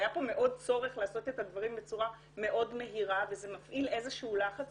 היה פה צורך לעשות את הדברים בצורה מאוד מהירה וזה מפעיל איזשהו לחץ.